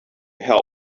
help